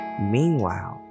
Meanwhile